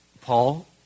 Paul